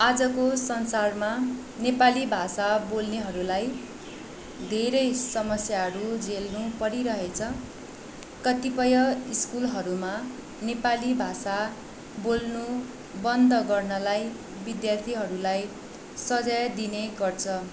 आजको संसारमा नेपाली भाषा बोल्नेहरूलाई धेरै समस्याहरू झेल्नु परिरहेछ कतिपय स्कुलहरूमा नेपाली भाषा बोल्नु बन्द गर्नलाई विद्यार्थीहरूलाई सजाय दिनेगर्छ